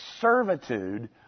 servitude